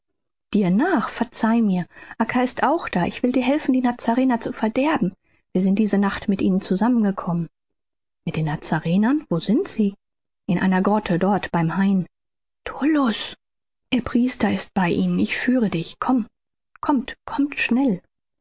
dir nach verzeih mir acca ist auch da ich will dir helfen die nazarener zu verderben wir sind diese nacht mit ihnen zusammengekommen mit den nazarenern wo sind sie in einer grotte dort beim hain tullus ihr priester ist bei ihnen ich führe dich kommt kommt schnell